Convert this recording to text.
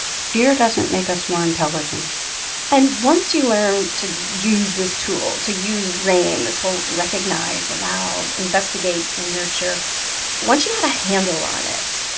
fear doesn't make us more intelligent and once you learn to use this tool, to use rain this whole recognize, allow, investigate and nurture once you had a handle on it,